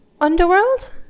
underworld